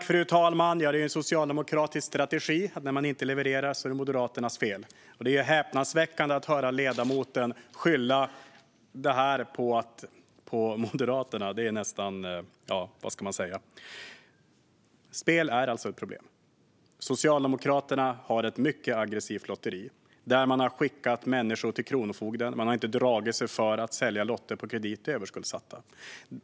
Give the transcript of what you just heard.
Fru talman! Ja, det är en socialdemokratisk strategi - när man inte levererar är det Moderaternas fel. Det är häpnadsväckande att höra ledamoten skylla detta på Moderaterna. Det är nästan . Ja, vad ska man säga? Spel är alltså ett problem, och Socialdemokraterna har ett mycket aggressivt lotteri. Man har skickat människor till Kronofogden. Man har inte dragit sig för att sälja lotter på kredit till överskuldsatta.